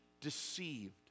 deceived